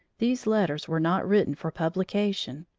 these letters were not written for publication,